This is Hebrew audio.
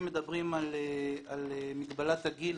אם מדברים על מגבלת הגיל